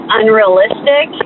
unrealistic